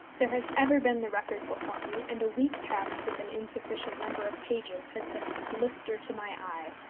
there has ever been the record before me, and a week passed with an insufficient number of pages has been a blister to my eye,